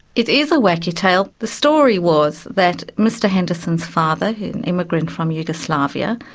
it is a wacky tale. the story was that mr henderson's father, an immigrant from yugoslavia,